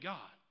God